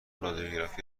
رادیوگرافی